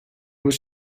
was